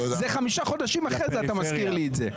זה חמישה חודשים אחרי זה אתה מזכיר לי את זה.